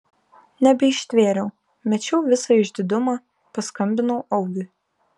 nebeištvėriau mečiau visą išdidumą paskambinau augiui